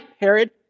Herod